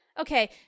Okay